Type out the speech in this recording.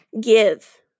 give